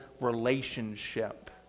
relationship